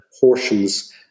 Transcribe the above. portions